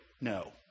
No